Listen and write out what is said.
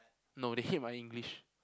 no they hate my English